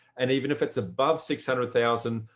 and even if it's above six hundred thousand,